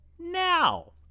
Now